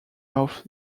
north